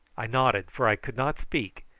i nodded, for i could not speak,